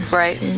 right